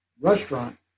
Restaurant